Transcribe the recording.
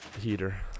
heater